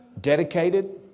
Dedicated